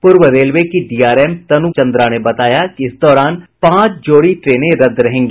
पूर्व रेलवे की डीआरएम तनु चन्द्रा ने बताया कि इस दौरान पांच जोड़ी ट्रेने रद्द रहेंगी